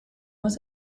was